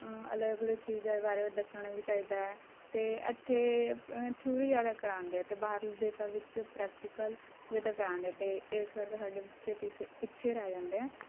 ਅ ਅਲੱਗ ਅਲੱਗ ਚੀਜ਼ਾਂ ਬਾਰੇ ਦੱਸਣਾ ਵੀ ਚਾਹੀਦਾ ਹੈ ਅਤੇ ਇੱਥੇ ਥਿਊਰੀ ਜ਼ਿਆਦਾ ਕਰਾਉਂਦੇ ਅਤੇ ਬਾਹਰਲੇ ਦੇਸ਼ਾਂ ਵਿੱਚ ਪ੍ਰੈਕਟੀਕਲ ਜ਼ਿਆਦਾ ਕਰਾਉਂਦੇ ਅਤੇ ਇਸ ਕਰਕੇ ਸਾਡੇ ਬੱਚੇ ਪਿਛ ਪਿੱਛੇ ਰਹਿ ਜਾਂਦੇ ਹੈ